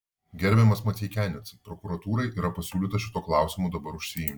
gerbiamas maceikianecai prokuratūrai yra pasiūlyta šituo klausimu dabar užsiimti